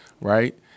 right